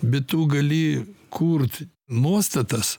bet tu gali kurt nuostatas